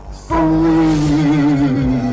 free